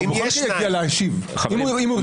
הוא בכל זאת יגיע להשיב אם הוא ירצה.